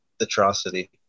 atrocity